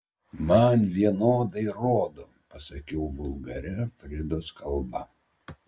man vienodai rodo pasakiau vulgaria fridos kalba